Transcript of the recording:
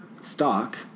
stock